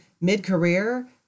mid-career